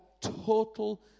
total